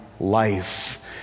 Life